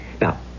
Now